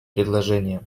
предложением